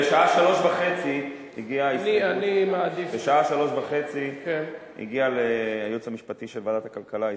בשעה 15:30 הגיעה ליועץ המשפטי של ועדת הכלכלה הסתייגות.